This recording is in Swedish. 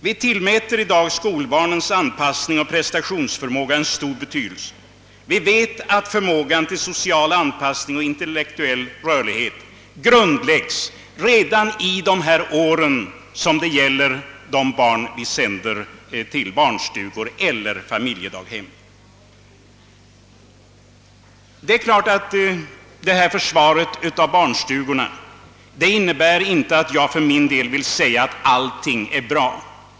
Vi tillmäter i dag skolbarnens anpassning och prestationsförmåga stor betydelse. Vi vet att förmågan till social anpassning och intellektuell rörlighet grundlägges redan under de år som sammanfaller med barnens vistelse på barnstugor eller familjedaghem. Det är klart att mitt förord för barnstugorna inte innebär att jag för min del anser allt vara bra.